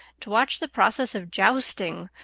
to watch the process of jousting,